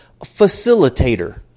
facilitator